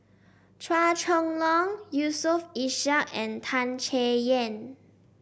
Chua Chong Long Yusof Ishak and Tan Chay Yan